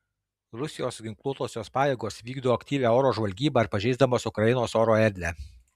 rusijos ginkluotosios pajėgos vykdo aktyvią oro žvalgybą ir pažeisdamos ukrainos oro erdvę